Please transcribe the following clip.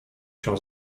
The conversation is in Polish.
się